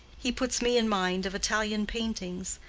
he puts me in mind of italian paintings.